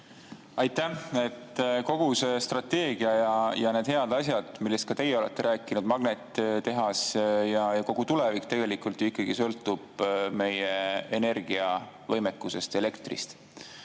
Aitäh! Kogu see strateegia ja need head asjad, millest ka teie olete rääkinud, magnetitehas ja kogu tulevik tegelikult ju ikkagi sõltub meie energiavõimekusest, elektrist.